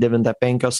devintą penkios